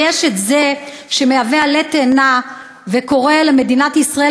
ויש זה שמהווה עלה תאנה וקורא למדינת ישראל,